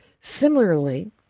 Similarly